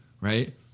right